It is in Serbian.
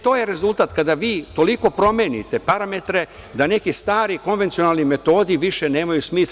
To je rezultat kada vi toliko promenite parametre da neki stari konvencionalni metodi više nemaju smisla.